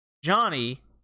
Johnny